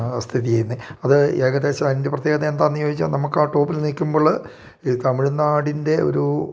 സ്ഥിതി ചെയ്യുന്നത് അത് ഏകദേശം അതിൻ്റെ പ്രത്യേകത എന്താന്ന് ചോദിച്ചാൽ നമുക്ക് ആ ടോപ്പിൽ നിൽക്കുമ്പോൾ ഈ തമിഴ്നാടിൻ്റെ ഒരു